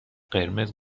قرمز